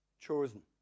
chosen